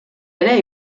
ere